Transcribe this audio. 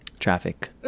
traffic